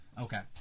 Okay